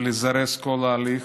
ולזרז כל ההליך,